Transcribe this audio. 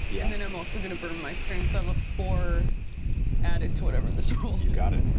yeah and then i'm also going to burn my string, so i have a four added to whatever this roll is. matt you got it.